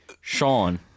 Sean